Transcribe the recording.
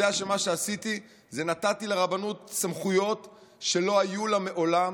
יודע שמה שעשיתי זה שנתתי לרבנות סמכויות שלא היו לה מעולם,